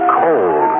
cold